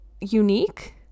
Unique